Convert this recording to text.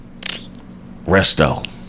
Resto